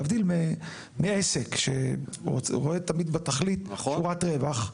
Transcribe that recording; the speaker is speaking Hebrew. להבדיל מעסק שרואה תמיד בתכלית שורת רווח.